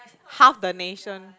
half the nation